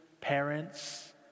parents